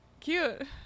Cute